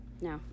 No